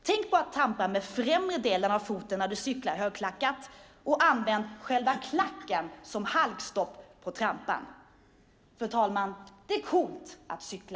Tänk på att trampa med främre delen av foten när du cyklar i högklackat, och använd själva klacken som halkstopp på trampan! Fru talman! Det är coolt att cykla.